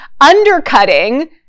undercutting